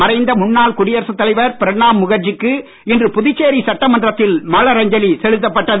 மறைந்த முன்னாள் குடியரசுத் தலைவர் பிரணாப் முகர்ஜிக்கு இன்று புதுச்சேரி சட்டமன்றத்தில் மலரஞ்சலி செலுத்தப்பட்டது